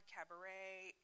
Cabaret